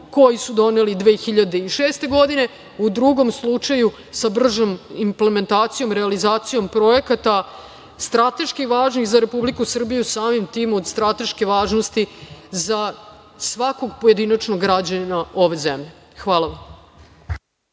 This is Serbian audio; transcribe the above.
koji su doneli 2006. godine. U drugom slučaju sa bržom implementacijom, realizacijom projekata strateški važnih za Republiku Srbiju, samim tim od strateške važnosti za svakog pojedinačnog građanina ove zemlje. Hvala vam.